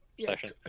session